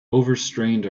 overstrained